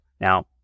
Now